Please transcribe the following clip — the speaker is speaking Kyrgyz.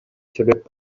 себеп